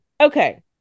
Okay